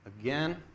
again